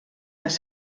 les